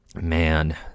man